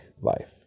life